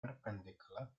perpendicular